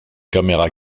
caméra